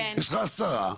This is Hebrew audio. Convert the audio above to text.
יש לך עשרה,